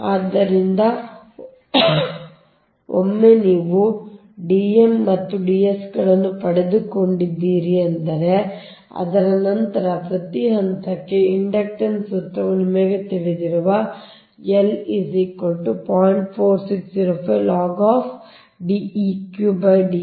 ಆದ್ದರಿಂದ ಒಮ್ಮೆ ನೀವು Dm ಮತ್ತು Ds ಗಳನ್ನು ಪಡೆದುಕೊಂಡಿದ್ದೀರಿ ಅಂದರೆ ಅದರ ನಂತರ ಪ್ರತಿ ಹಂತಕ್ಕೆ ಆ ಇಂಡಕ್ಟನ್ಸ್ ಸೂತ್ರವು ನಿಮಗೆ ತಿಳಿದಿರುವ ಸಮಾನವಾಗಿರುತ್ತದೆ